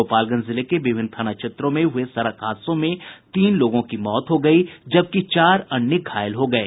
गोपालगंज जिले के विभिन्न थाना क्षेत्रों में हुए सड़क हादसों में तीन लोगों की मौत हो गयी जबकि चार अन्य घायल हो गये